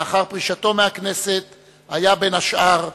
לאחר פרישתו מהכנסת היה, בין השאר,